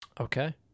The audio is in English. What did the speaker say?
Okay